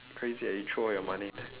crazy eh you throw all your money there